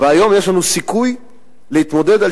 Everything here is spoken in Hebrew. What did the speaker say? והיום יש לנו סיכוי להתמודד על